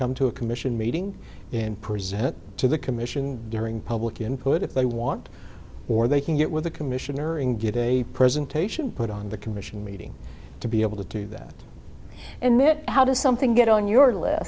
come to a commission meeting and present to the commission during public input if they want or they can get with the commissioner and get a presentation put on the commission meeting to be able to do that and it how does something get on your l